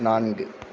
நான்கு